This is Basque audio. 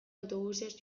autobusez